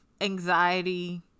anxiety